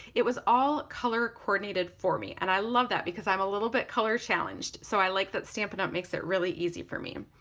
it was all color coordinated for me and i love that because i'm a little bit color challenged so i like that stampin' up! makes it really easy for me.